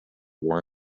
war